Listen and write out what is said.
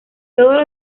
todos